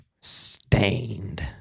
stained